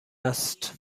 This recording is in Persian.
است